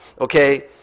Okay